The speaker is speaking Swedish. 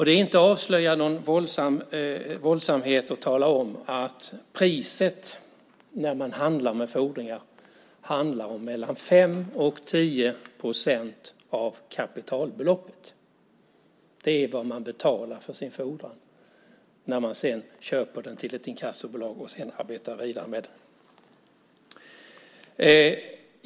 Det är inte att avslöja någon våldsamhet att tala om att priset när man handlar med fordringar rör sig om mellan 5 och 10 procent av kapitalbeloppet. Det är vad man betalar för fordran när ett inkassobolag köper den och sedan arbetar vidare med den.